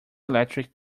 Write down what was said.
electric